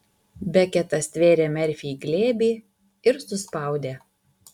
beketas stvėrė merfį į glėbį ir suspaudė